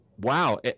wow